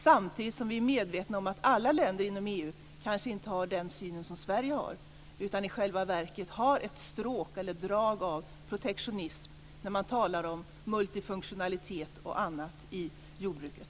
Samtidigt ska vi vara medvetna om att alla länder inom EU kanske inte har den syn som Sverige har, utan att det i själva verket finns ett drag av protektionism när man talar om multifunktionalitet och annat i jordbruket.